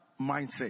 mindset